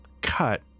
cut